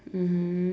mmhmm